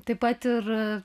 taip pat ir